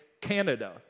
canada